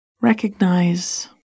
recognize